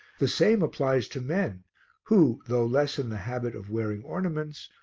the same applies to men who, though less in the habit of wearing ornaments,